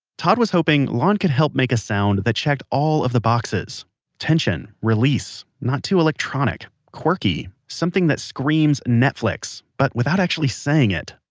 todd was hoping lon could help make a sound that checked all of the boxes tension, release, not too electronic, quirky, something that screams netflix, but without actually saying it,